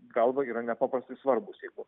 galva yra nepaprastai svarbūs jeigu